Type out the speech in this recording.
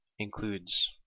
includes